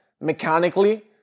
mechanically